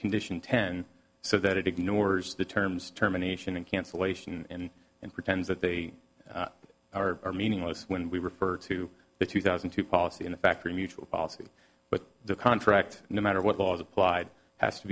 condition ten so that it ignores the terms terminations and cancellation and pretends that they are meaningless when we refer to the two thousand and two policy in a factory mutual policy but the contract no matter what laws applied has to